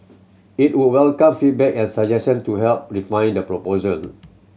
it would welcome feedback and suggestion to help refine the proposal